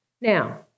Now